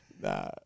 Nah